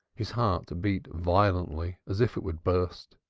his heart beat violently as if it would burst.